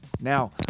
Now